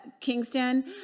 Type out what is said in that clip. Kingston